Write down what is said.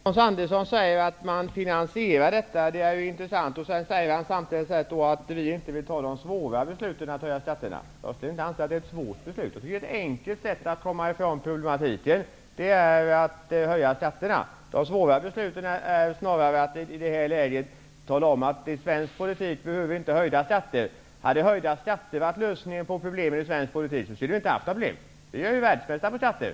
Fru talman! Hans Andersson säger att man finansierar sina förslag och menar samtidigt att vi inte vill fatta de svåra besluten om att höja skatterna. Jag vill inte säga att sådana beslut är svåra. Att höja skatterna är ett enkelt sätt att komma från problematiken. Det svåra i detta läge är snarare att tala om att vi i svensk politik inte behöver höjda skatter. Om höjda skatter hade varit lösningen på problemen i den svenska politiken, hade vi inte haft några problem -- vi är ju världsmästare på skatter.